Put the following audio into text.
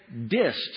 dissed